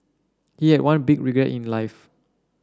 he had one big regret in life